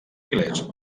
milers